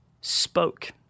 spoke